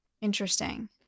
Interesting